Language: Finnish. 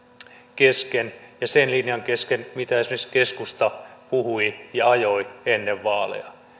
kesken ja sen linjan kesken mitä esimerkiksi keskusta puhui ja ajoi ennen vaaleja